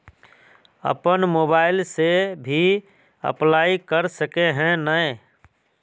अपन मोबाईल से भी अप्लाई कर सके है नय?